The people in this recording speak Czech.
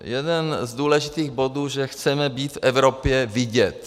Jeden z důležitých bodů je, že chceme být v Evropě vidět.